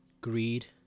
greed